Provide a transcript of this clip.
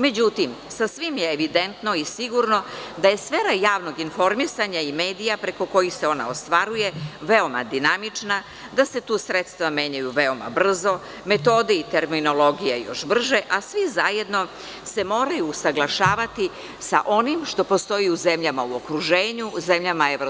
Međutim, sasvim je evidentno i sigurno da je sfera javnog informisanja i medija preko kojih se ona ostvaruje veoma dinamična, da se tu sredstva menjaju veoma brzo, metode i terminologija još brže, a svi zajedno se moraju usaglašavati sa onim što postoji u zemljama u okruženju, zemljama EU,